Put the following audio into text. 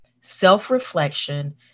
Self-reflection